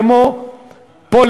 כמו פה,